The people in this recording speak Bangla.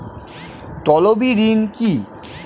তলবি ঋণ কি?